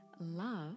love